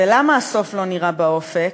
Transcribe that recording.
ולמה הסוף לא נראה באופק?